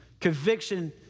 conviction